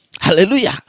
Hallelujah